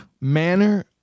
manner